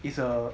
it's a